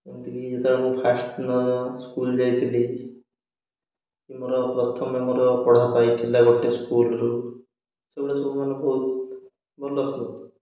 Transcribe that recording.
ଏମିତିକି ଯେତେବେଳେ ମୁଁ ଫାର୍ଷ୍ଟ ଥର ସ୍କୁଲ୍ ଯାଇଥିଲି କି ମୋର ପ୍ରଥମେ ମୋର ପଢ଼ା ପାଇଥିଲା ଗୋଟେ ସ୍କୁଲ୍ରୁ ସେବେଳେ ସବୁମାନେ ବହୁତ ଭଲ ସବୁ